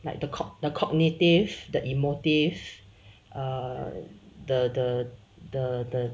like the court the cognitive the emotive err the the the the